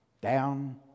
Down